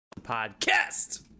Podcast